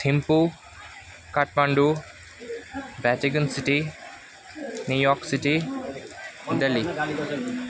Thimphu Kathmandu Vatican City New York City Delhi